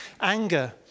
Anger